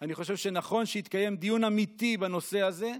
אני חושב שנכון שיתקיים דיון אמיתי בנושא הזה,